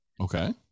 Okay